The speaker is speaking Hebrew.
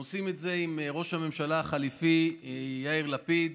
הם עושים את זה עם ראש הממשלה החליפי יאיר לפיד,